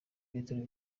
bitero